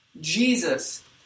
Jesus